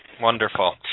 wonderful